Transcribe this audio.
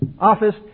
office